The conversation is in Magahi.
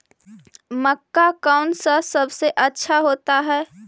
मक्का कौन सा सबसे अच्छा होता है?